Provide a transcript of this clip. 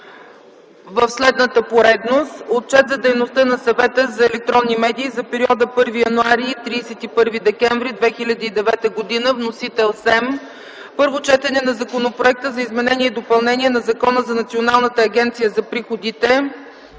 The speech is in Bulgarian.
в следната поредност: Отчет за дейността на Съвета за електронни медии за периода 1 януари 2009 г. – 31 декември 2009 г. Вносител е СЕМ. Първо четене на Законопроект за изменение и допълнение на Закона за Националната агенция за приходите.